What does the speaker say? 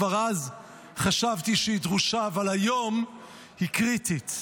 כבר אז חשבתי שהיא דרושה, אבל היום היא קריטית.